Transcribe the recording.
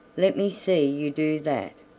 let me see you do that.